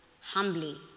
humbly